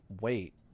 wait